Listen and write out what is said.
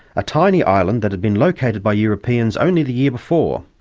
a tiny island that had been located by europeans only the year before.